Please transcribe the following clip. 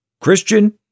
Christian